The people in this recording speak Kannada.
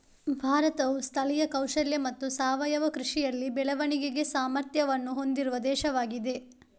ಭಾರತವು ಸ್ಥಳೀಯ ಕೌಶಲ್ಯ ಮತ್ತು ಸಾವಯವ ಕೃಷಿಯಲ್ಲಿ ಬೆಳವಣಿಗೆಗೆ ಸಾಮರ್ಥ್ಯವನ್ನು ಹೊಂದಿರುವ ದೇಶವಾಗಿದೆ